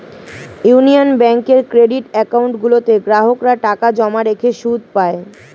union ব্যাঙ্কের credit account গুলোতে গ্রাহকরা টাকা জমা রেখে সুদ পায়